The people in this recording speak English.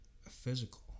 physical